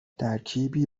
ترکیبی